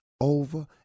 over